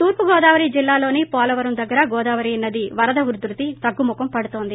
తూర్పు గోదావరి జిల్లాలోని పోలవరం దగ్గర గోదావరి నది వరద ఉధృతి తగ్గుముఖం పడుతోంది